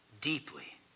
deeply